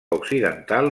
occidental